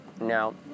Now